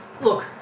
look